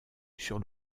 sur